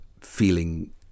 feeling